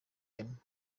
game